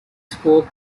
spoke